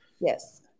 Yes